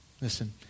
Listen